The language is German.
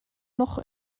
noch